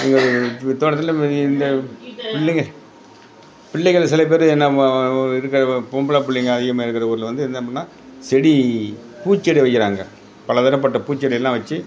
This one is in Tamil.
எங்களது தோட்டத்தில் இப்போ இந்த பிள்ளைங்க பிள்ளைகள் சில பேர் நம்ம இருக்கிறது பொம்பளை பிள்ளைங்க அதிகமாக இருக்கிற ஊரில் வந்து என்ன பண்ணுறோம்னா செடி பூச்செடி வைக்கிறாங்க பலதரப்பட்ட பூச்செடியெலாம் வச்சு